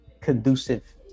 conducive